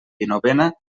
dinovena